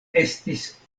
estis